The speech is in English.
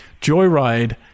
joyride